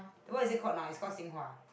what is it called now it's called Xing-Hua